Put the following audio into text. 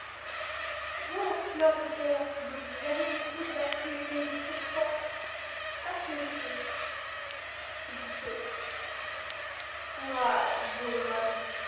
vole à fleur de terre autour de lui et avec les coups de ta queue écaillée de serpent achève le si tu peux courage beau dragon